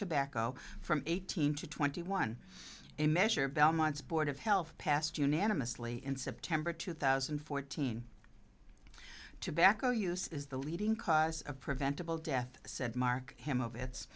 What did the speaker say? tobacco from eighteen to twenty one a measure belmont's board of health passed unanimously in september two thousand and fourteen tobacco use is the leading cause of preventable death said mark him of its